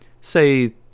say